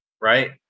right